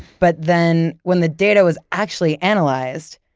but then, when the data was actually analyzed,